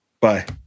bye